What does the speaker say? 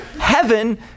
Heaven